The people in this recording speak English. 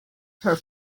her